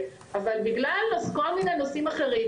אבל בגלל כל מיני נושאים אחרים,